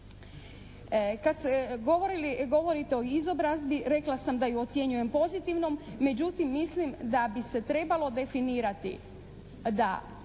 Kad govorite o izobrazbi rekla sam da ju ocjenjujem pozitivnom, međutim mislim da bi se trebalo definirati da